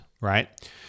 right